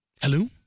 Hello